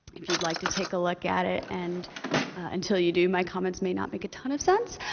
if you'd like to take a look at it. and until you do, my comments may not make a ton of sense,